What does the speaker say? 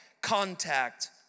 contact